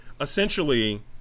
essentially